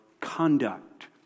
conduct